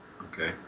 Okay